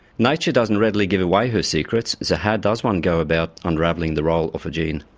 nature doesn't really give away her secrets, so how does one go about unravelling the role of a gene?